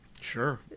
sure